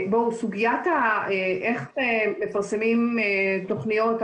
סוגיית איך מפרסמים תוכניות,